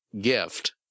gift